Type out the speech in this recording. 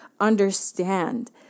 understand